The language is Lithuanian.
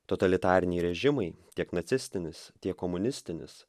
totalitariniai režimai tiek nacistinis tiek komunistinis